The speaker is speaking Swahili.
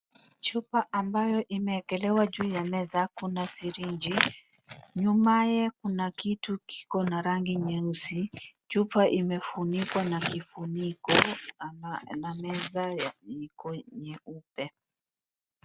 Chupa ambayo imeekelewa juu ya meza kuna sirinji nyumaye kuna kitu kiko na rangi nyeusi, chupa imefunikwa na kifuniko, ama na meza iko nyeupe.